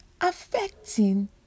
affecting